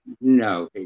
No